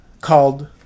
called